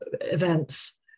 events